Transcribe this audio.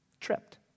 Tripped